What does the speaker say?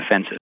offensive